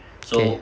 okay